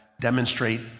demonstrate